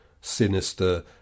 Sinister